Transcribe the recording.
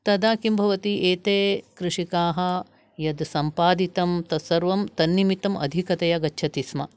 तदा किं भवति एते कृषिकाः यद् सम्पादितं तत् सर्वं तन्निमित्तम् अधिकतया गच्छातिस्म